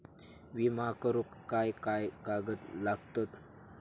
विमा करुक काय काय कागद लागतत?